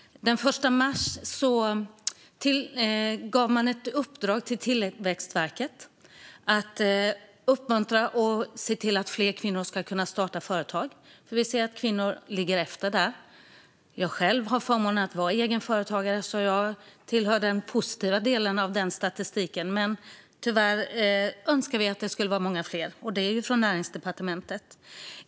Den 1 mars gav man ett uppdrag till Tillväxtverket att uppmuntra kvinnor att starta företag och se till att fler kvinnor ska kunna göra det. Vi ser att kvinnor ligger efter där. Jag har själv förmånen att vara egenföretagare, så jag tillhör den positiva delen av den statistiken. Men vi önskar att det skulle vara många fler. Detta uppdrag kommer från Näringsdepartementet.